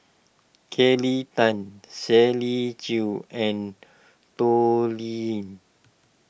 Kelly Tang Shirley Chew and Toh Liying